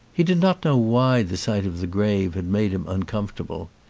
he did not know why the sight of the grave had made him uncomfortable.